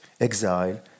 exile